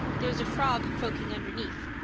there's a frog croaking underneath,